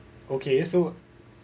okay so